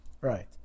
Right